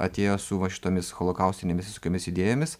atėjo su va šitomis holokaustinėmis visokiomis idėjomis